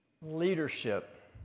Leadership